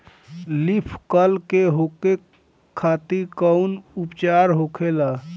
Leaf curl के रोके खातिर कउन उपचार होखेला?